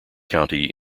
county